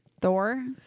Thor